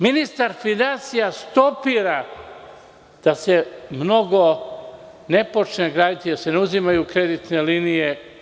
Ministar finansija stopira da se mnogo ne počne graditi, da se ne uzimaju kreditne linije.